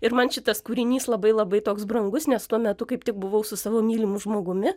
ir man šitas kūrinys labai labai toks brangus nes tuo metu kaip tik buvau su savo mylimu žmogumi